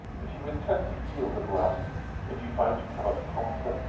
if you intend to yield at last if you find you cannot conquer,